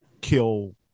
kill